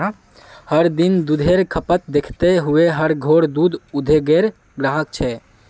हर दिन दुधेर खपत दखते हुए हर घोर दूध उद्द्योगेर ग्राहक छे